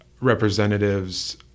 representatives